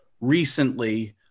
Recently